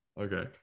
Okay